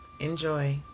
Enjoy